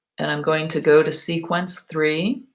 and i'm going to go to sequence three.